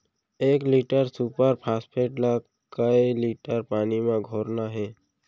एक litre super phosphate ला कए लीटर पानी मा घोरना हे?